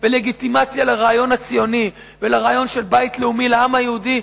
ולגיטימציה לרעיון הציוני ולרעיון של בית לאומי לעם היהודי,